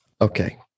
Okay